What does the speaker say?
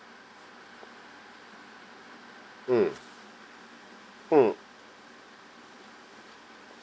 mm mm